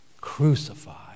crucified